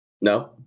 No